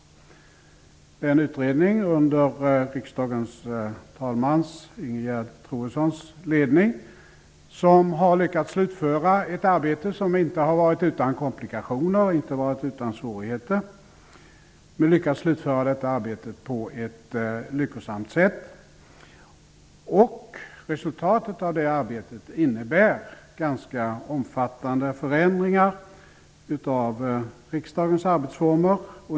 Utredningen har letts av riksdagens talman Ingegerd Troedsson, och man har lyckats slutföra ett arbete som inte har varit utan komplikationer och inte utan svårigheter. Men man har ändå lyckats slutföra detta arbete på ett lyckosamt sätt. Resultatet av det arbetet innebär ganska omfattande förändringar av riksdagens arbetsformer.